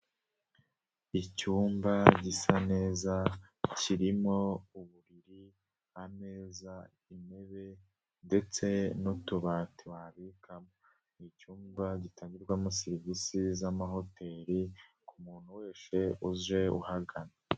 Icyumba gisa neza kirimo uburiri, ameza, intebe ndetse n'utubati wabikamo. Ni icyumba gitangirwamo serivisi z'amahoteli ku muntu wese uje uhagana.